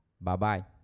Bye-bye